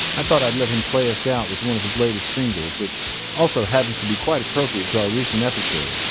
i thought i'd let him play us out with one of his latest singles, which also happens to be quite appropriate to our recent episode,